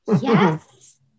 Yes